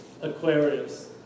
Aquarius